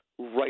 Right